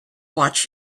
watch